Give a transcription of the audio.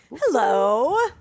Hello